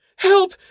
Help